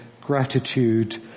gratitude